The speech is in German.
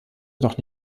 jedoch